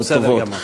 בסדר גמור.